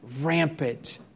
rampant